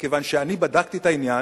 מכיוון שאני בדקתי את העניין,